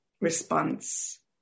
response